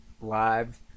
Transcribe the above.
live